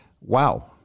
Wow